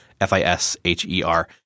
F-I-S-H-E-R